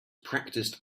practiced